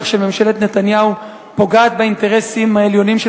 של ממשלת נתניהו פוגעת באינטרסים העליונים של